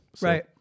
Right